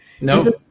No